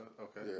Okay